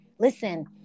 listen